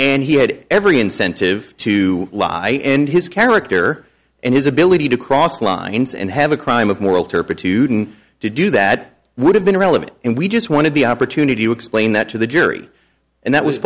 and he had every incentive to lie and his character and his ability to cross lines and have a crime of moral turpitude and to do that would have been relevant and we just wanted the opportunity to explain that to the jury and that was